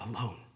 alone